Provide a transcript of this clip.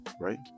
right